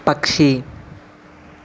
పక్షి